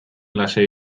lasai